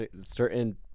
certain